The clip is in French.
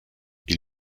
ils